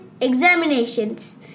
examinations